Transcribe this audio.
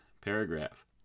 paragraph